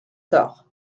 tard